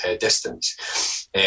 distance